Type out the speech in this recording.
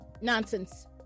nonsense